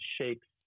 shakes